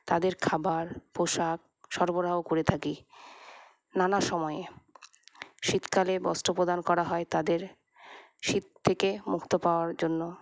তাদের খাবার পোশাক সরবরাহ করে থাকি নানা সময়ে শীতকালে বস্ত্র প্রদান করা হয় তাদের শীত থেকে মুক্ত পাওয়ার জন্য